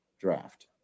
draft